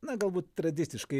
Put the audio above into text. na galbūt tradiciškai